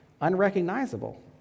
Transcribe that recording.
unrecognizable